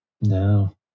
No